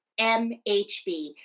MHB